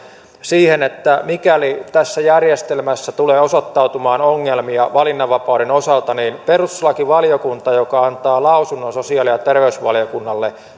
siihen että mikäli tässä järjestelmässä tulee osoittautumaan ongelmia valinnanvapauden osalta niin perustuslakivaliokunta joka antaa lausunnon sosiaali ja terveysvaliokunnalle